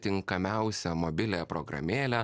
tinkamiausią mobiliąją programėlę